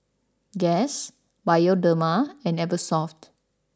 Guess Bioderma and Eversoft